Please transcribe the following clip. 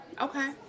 Okay